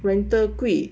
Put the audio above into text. rental 贵